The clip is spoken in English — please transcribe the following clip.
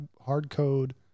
hard-code